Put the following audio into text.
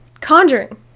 Conjuring